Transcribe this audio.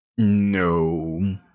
no